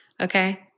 Okay